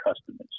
customers